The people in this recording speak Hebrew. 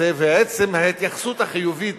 חיובית